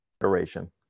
Federation